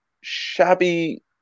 shabby